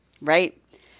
Right